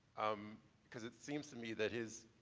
um because it seems to me that his